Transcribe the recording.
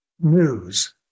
news